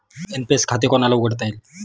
NPS खाते कोणाला उघडता येईल?